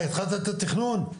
אתה התחלת את התכנון,